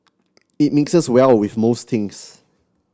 it mixes well with most things